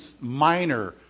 minor